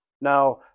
Now